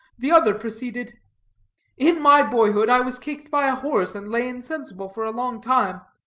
the other proceeded in my boyhood i was kicked by a horse, and lay insensible for a long time.